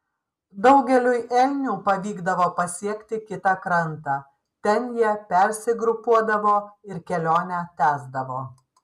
daugeliui elnių pavykdavo pasiekti kitą krantą ten jie persigrupuodavo ir kelionę tęsdavo